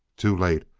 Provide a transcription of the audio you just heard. too late.